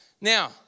Now